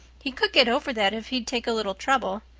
he could get over that if he'd take a little trouble.